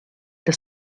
das